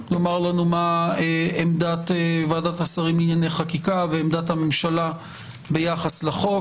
לומר לנו מה עמדת ועדת השרים לענייני חקיקה ומה עמדת הממשלה ביחס לחוק.